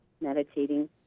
meditating